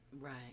Right